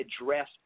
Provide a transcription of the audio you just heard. address